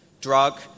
Drug